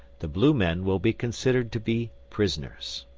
the blue men will be considered to be prisoners.